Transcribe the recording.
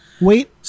Wait